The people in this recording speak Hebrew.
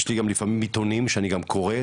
יש לי גם לפעמים עיתונים שאני גם קורא,